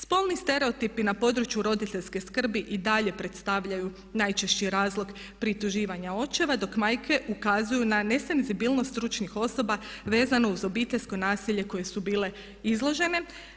Spolni stereotipi na području roditeljske skrbi i dalje predstavljaju najčešći razlog prituživanja očeva dok majke ukazuju na nesenzibilnost stručnih osoba vezanih uz obiteljsko nasilje kojem su bile izložene.